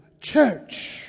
Church